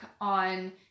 on